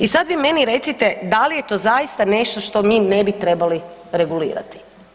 I sad vi meni recite da li je to zaista nešto što mi ne bi trebali regulirati?